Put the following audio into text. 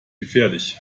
gefährlich